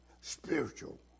spiritual